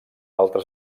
altres